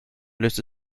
löste